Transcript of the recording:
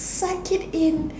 suck it in